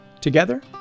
Together